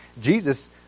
Jesus